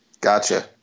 Gotcha